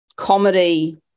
comedy